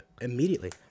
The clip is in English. immediately